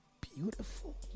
beautiful